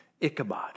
Ichabod